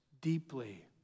deeply